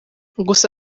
gusa